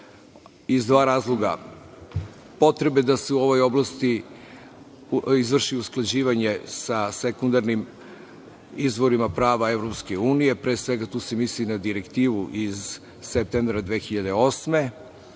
iz dva razloga – potrebe da se u ovoj oblasti izvrši usklađivanje sa sekundarnim izvorima prava EU, pre svega tu se misli na direktivu iz septembra 2008.